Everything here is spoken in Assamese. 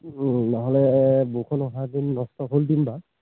নহ'লে বৰষুণ অহাহেঁতেন নষ্ট হ'লহেঁতেন বাৰু